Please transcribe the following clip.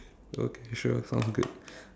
okay sure sounds good